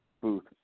booth